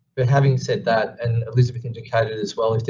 but having said that, and elizabeth indicated as well,